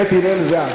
בית הלל זה אני.